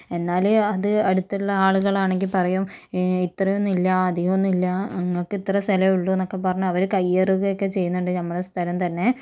എന്നാലും അത് അടുത്തുള്ള ആളുകളാണെങ്കിൽ പറയും ഇത്രയൊന്നും ഇല്ല ആധികമൊന്നും ഇല്ല നിങ്ങൾക്ക് ഇത്ര സ്ഥലമൊള്ളു എന്നൊക്കെ പറഞ്ഞു അവര് കയ്യേറുകയൊക്കെ ചെയ്യുന്നുണ്ട് നമ്മുടെ സ്ഥലം തന്നെ